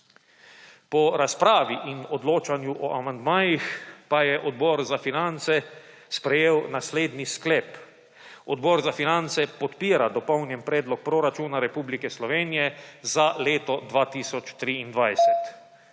Po razpravi in odločanju o amandmajih pa je Odbor za finance sprejel naslednji sklep: Odbor za finance podpira Dopolnjen predlog proračuna Republike Slovenije za leto 2023.